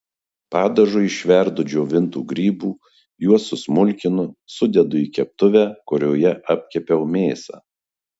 padažui išverdu džiovintų grybų juos susmulkinu sudedu į keptuvę kurioje apkepiau mėsą